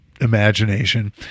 imagination